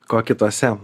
ko kitose